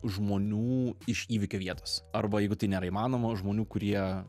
žmonių iš įvykio vietos arba jeigu tai nėra įmanoma žmonių kurie